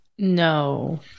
No